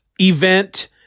event